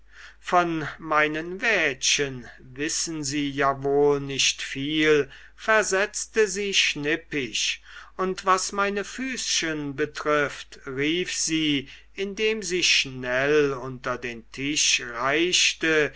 von meinen wädchen wissen sie ja wohl nicht viel versetzte sie schnippisch und was meine füßchen betrifft rief sie indem sie schnell unter den tisch reichte